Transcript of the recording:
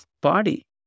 body